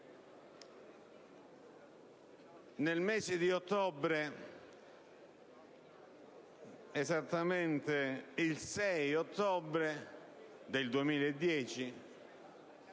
Nel mese di ottobre, esattamente il giorno 6 ottobre del 2010,